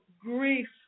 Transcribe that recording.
grief